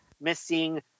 missing